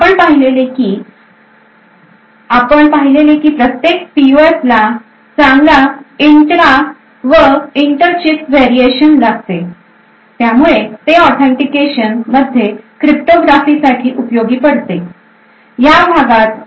आपण पाहिलेले की प्रत्येक PUF ला चांगले इंत्रा व इंटरं चीप व्हीरीएशन लागते त्यामुळे ते ऑथेंटिकेशन मध्ये क्रिप्टोग्राफी साठी उपयोगी पडते